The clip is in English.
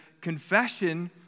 confession